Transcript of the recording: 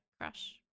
crush